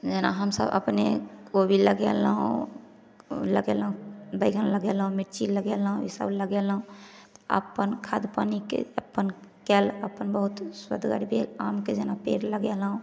जेना हमसभ अपने कोबी लगेलहुॅं लगेलहुॅं बैगन लगेलहुॅं मिरची लगेलहुॅं ई सभ लगेलहुॅं तऽ अपन खाद पानिके अपन कयल अपन बहुत स्वदगर भेल आमके जेना पेड़ लगेलहुॅं